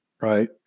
Right